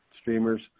streamers